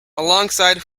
alongside